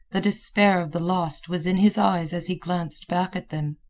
the despair of the lost was in his eyes as he glanced back at them.